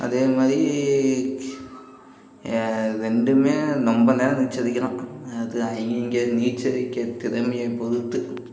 அதே மாதிரி கீ ரெண்டுமே ரொம்ப நேரம் நீச்சலடிக்கலாம் அது அங்கே இங்கே நீச்சலடிக்கிற திறமையைப் பொறுத்து